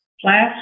class